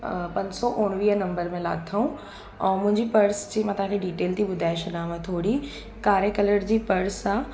अ पंज सौ उणिवीह नंबर मे लाथऊं ऐं मुंहिंजी पर्स जी मां तव्हांखे डिटेल थी ॿुधाए छॾियांव थोरी कारे कलर जी पर्स आहे